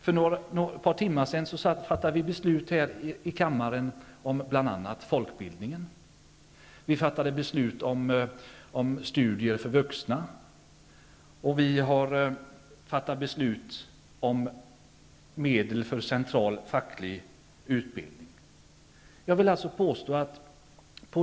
För ett par timmar sedan fattade vi beslut här i kammaren om bl.a. folkbildningen, studier för vuxna och medel för central facklig utbildning.